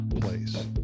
place